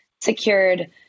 secured